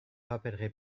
rappellerai